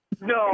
No